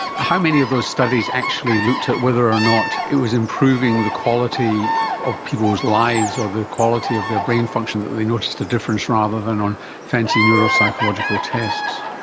how many of those studies actually looked at whether or not it was improving the quality of people's lives or the quality of their brain function that they noticed a difference rather than on fancy neuropsychological tests?